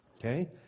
okay